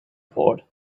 board